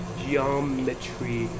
geometry